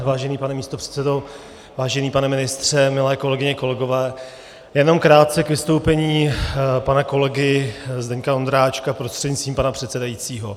Vážený pane místopředsedo, vážený pane ministře, milé kolegyně, kolegové, jenom krátce k vystoupení pana kolegy Zdeňka Ondráčka prostřednictvím pana předsedajícího.